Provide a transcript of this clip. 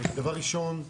דבר ראשון,